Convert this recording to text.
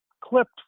clipped